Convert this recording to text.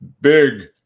big